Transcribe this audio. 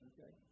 Okay